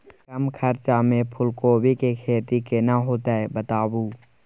कम खर्चा में फूलकोबी के खेती केना होते बताबू?